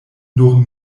nur